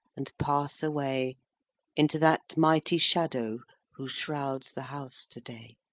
and pass away into that mighty shadow who shrouds the house to-day.